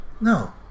No